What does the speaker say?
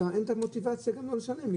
אין את המוטיבציה גם לא לשלם.